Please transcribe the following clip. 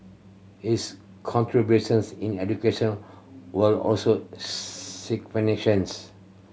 his contributions in education were also